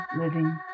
living